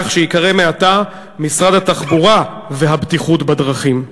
כך שייקרא מעתה: משרד התחבורה והבטיחות בדרכים,